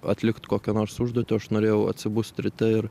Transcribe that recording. atlikt kokią nors užduotį o aš norėjau atsibust ryte ir